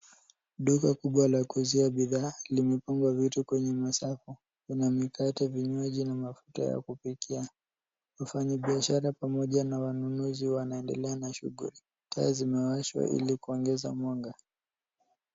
Duka kubwa la kuuzia bidhaa limepangwa vitu kwenye masafu. Kuna mikate, vinywaji na mafuta ya kupikia. Mfanyibiashara pamoja na wanunuzi wanaendelea na shughuli. Taa zimewashwa ili kuongeza mwanga.